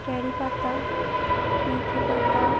কারি পাতা মেথি পাতা